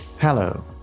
hello